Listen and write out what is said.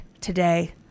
today